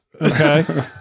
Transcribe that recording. okay